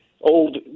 old